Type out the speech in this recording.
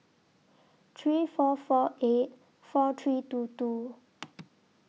three four four eight four three two two